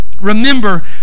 Remember